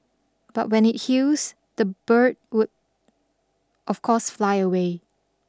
but when it heals the bird would of course fly away